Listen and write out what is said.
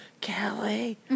Kelly